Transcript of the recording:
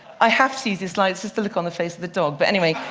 i have to use this slide. it's just the look on the face of the dog. but anyway,